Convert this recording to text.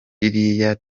ririya